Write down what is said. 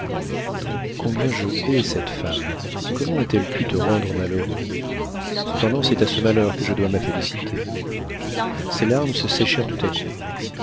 combien je hais cette femme comment a-t-elle pu te rendre malheureux cependant c'est à ce malheur que je dois ma félicité ses larmes se séchèrent tout à coup